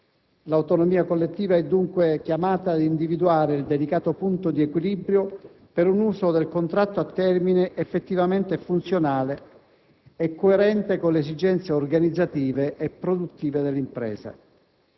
L'autonomia collettiva è, dunque, chiamata ad individuare il delicato punto di equilibrio per un uso del contratto a termine effettivamente funzionale e coerente con le esigenze organizzative e produttive dell'impresa.